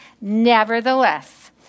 Nevertheless